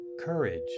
Courage